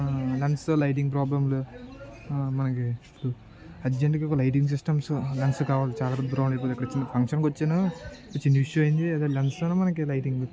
lens lighting ప్రాబ్లంలు మనకు ఇ అర్జెంట్గా ఒక లైటింగ్ సిస్టమ్స్ లెన్స్ కావాలి చాలా బ్రాండ్వి బ్రో ఇప్పుడు నేను ఫంక్షన్కి వచ్చాను చిన్న ఇష్యూ అయింది అదే లెన్స్తో మనకు లైటింగ్